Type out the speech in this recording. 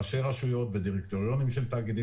ראשי רשויות ודירקטוריונים של תאגידים